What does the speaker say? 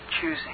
choosing